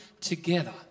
together